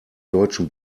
deutschen